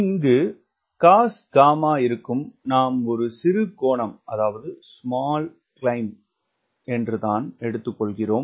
இங்கு cosγ இருக்கும் நாம் ஒரு சிறு ஏறுதல் கோணம் என்று தான் எடுத்துக்கொள்கிறோம்